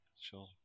sure